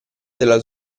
della